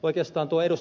oikeastaan ed